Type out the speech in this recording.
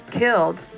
killed